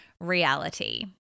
reality